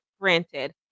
granted